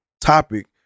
topic